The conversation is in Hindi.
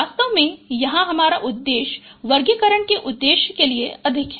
वास्तव में यहाँ हमारा उद्देश्य वर्गीकरण के उद्देश्य के लिए अधिक है